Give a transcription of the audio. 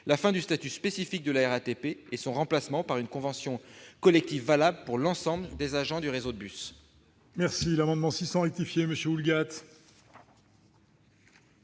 la fin du statut spécifique de la RATP et son remplacement par une convention collective valable pour l'ensemble des agents du réseau de bus.